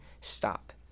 stop